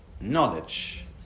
knowledge